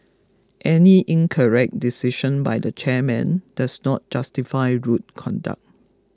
any incorrect decision by the chairman does not justify rude conduct